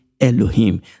Elohim